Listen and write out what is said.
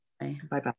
Bye-bye